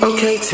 Okay